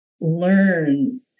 learn